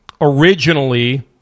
originally